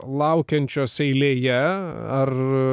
laukiančios eilėje ar